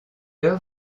heure